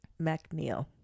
McNeil